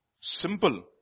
Simple